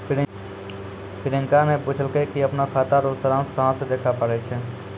प्रियंका ने पूछलकै कि अपनो खाता रो सारांश कहां से देखै पारै छै